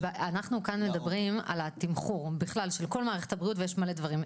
אנחנו כאן מדברים על התמחור בכלל של כל מערכת הבריאות ויש מלא דברים.